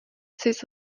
sis